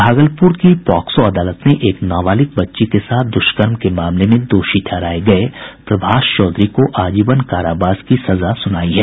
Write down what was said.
भागलपुर की पॉक्सो अदालत ने एक नाबालिग बच्ची के साथ द्रष्कर्म के मामले में दोषी ठहराये गये प्रभाष चौधरी को आजीवन कारावास की सजा सुनायी है